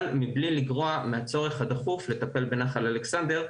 אבל מבלי לגרוע מהצורך הדחוף לטפל בנחל אלכסנדר,